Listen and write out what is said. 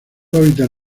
hábitat